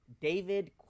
David